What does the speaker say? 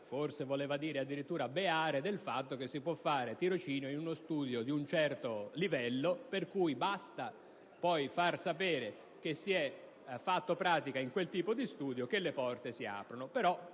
forse voleva dire addirittura beare - del fatto che si può fare tirocinio in uno studio di un certo livello, per cui basta poi far sapere che si è fatto pratica in quel tipo di studio che le porte si aprono.